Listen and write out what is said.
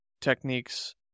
techniques